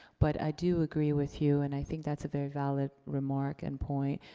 but i do agree with you, and i think that's a very valid remark and point.